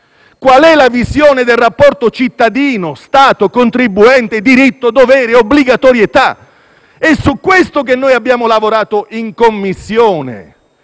Qual è la visione del rapporto tra cittadini e Stato, tra contribuente e diritto-dovere, obbligatorietà? È su questo che abbiamo lavorato in Commissione.